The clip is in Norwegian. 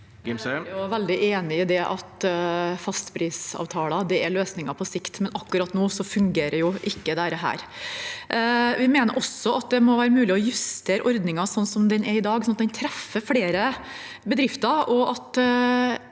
er veldig enig i at fastprisavtaler er løsningen på sikt, men akkurat nå fungerer ikke dette. Vi mener også at det må være mulig å justere ordningen slik den er i dag, slik at den treffer flere bedrifter,